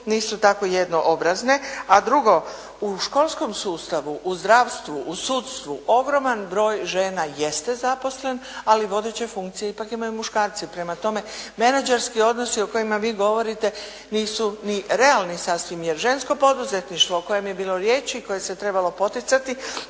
nisu tako jednoobrazne. A drugo, u školskom sustavu, u zdravstvu, u sudstvu ogroman broj žena jeste zaposlen, ali vodeće funkcije ipak imaju muškarci. Prema tome, menadžerski odnosi o kojima vi govorite nisu ni realni sasvim jer žensko poduzetništvo o kojem je bilo riječi i koje se trebalo poticati